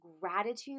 gratitude